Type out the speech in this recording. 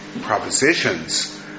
propositions